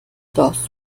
das